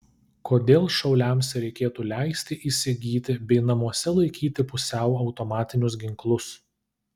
kodėl šauliams reikėtų leisti įsigyti bei namuose laikyti pusiau automatinius ginklus